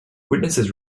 witnesses